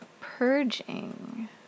purging